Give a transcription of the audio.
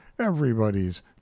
everybody's